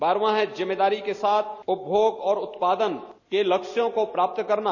बारहवां है जिम्मेदारी के साथ उपभोग और उत्पादन के लक्ष्यों को प्राप्त करना